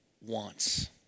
wants